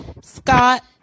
Scott